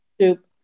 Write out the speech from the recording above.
soup